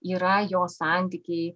yra jo santykiai